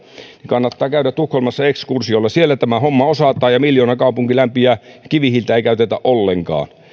kannattaa käydä tukholmassa ekskursiolla siellä tämä homma osataan ja miljoonakaupunki lämpiää kivihiiltä ei käytetä ollenkaan